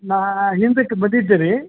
ನಾನು ಹಿಂದಕ್ಕೆ ಬಂದಿದ್ದೆ ರೀ